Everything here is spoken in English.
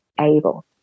able